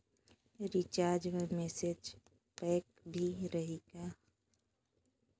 Recharge मा message pack भी रही का?